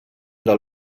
del